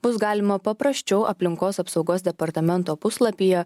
bus galima paprasčiau aplinkos apsaugos departamento puslapyje